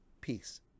peace